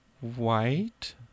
White